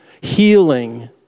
healing